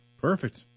Perfect